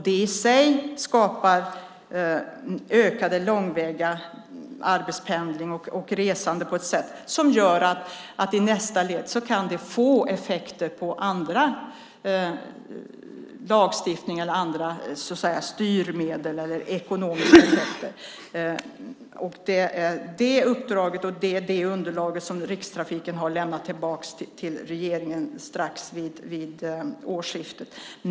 Det i sig skapar ökad långväga arbetspendling och resande på ett sådant sätt att det i nästa led kan få effekter på annan lagstiftning, andra styrmedel och så vidare. Det är detta underlag som Rikstrafiken lämnade tillbaka till regeringen vid årsskiftet.